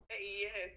Yes